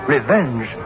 Revenge